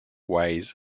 ways